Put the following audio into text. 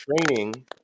training